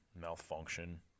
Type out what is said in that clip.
malfunction